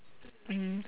mmhmm